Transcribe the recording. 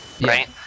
right